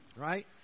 Right